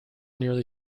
nearly